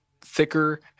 thicker